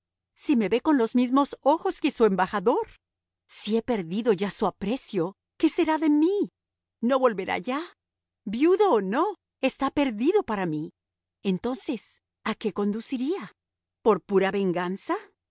si me ve con los mismos ojos que su embajador si he perdido ya su aprecio qué será de mí no volverá ya viudo o no está perdido para mí entonces a qué conduciría por pura venganza